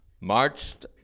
marched